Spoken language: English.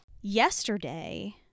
Yesterday